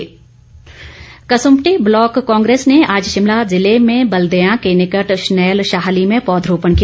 पौधरोपण कसुम्पटी ब्लॉक कांग्रेस ने आज शिमला जिले में बल्देयां के निकट शैनल शाहली में पौधरोपण किया